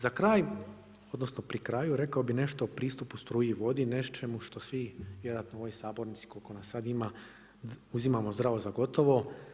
Za kraj, odnosno pri kraju rekao bih nešto o pristupu struji i vodi, nečemu što svi vjerojatno u ovoj sabornici koliko nas sada ima uzimamo zdravo za gotovo.